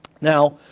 Now